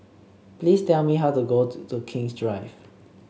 please tell me how to get to King's Drive